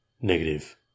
Negative